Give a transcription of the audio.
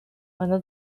она